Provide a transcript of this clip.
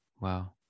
Wow